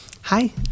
Hi